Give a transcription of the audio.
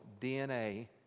DNA